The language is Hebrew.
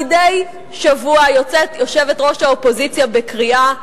מדי שבוע יוצאת יושבת-ראש האופוזיציה בקריאה,